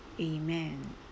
amen